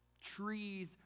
trees